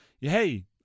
hey